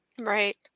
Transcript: Right